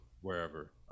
wherever